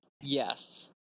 Yes